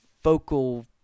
focal